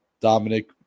Dominic